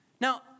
Now